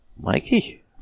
Mikey